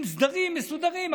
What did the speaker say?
עם סדרים מסודרים,